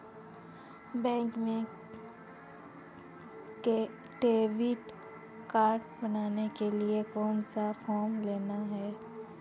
Bank में debit card बनवाने के लिए कौन सा फॉर्म लेना है?